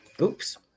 Oops